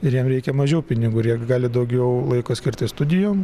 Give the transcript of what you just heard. ir jiem reikia mažiau pinigų ir jie gali daugiau laiko skirti studijom